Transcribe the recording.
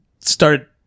start